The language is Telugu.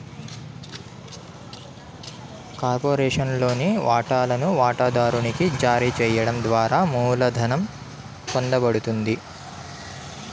కార్పొరేషన్లోని వాటాలను వాటాదారునికి జారీ చేయడం ద్వారా మూలధనం పొందబడుతుంది